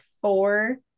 four